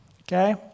okay